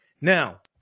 Now